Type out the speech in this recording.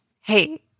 hey